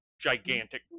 gigantic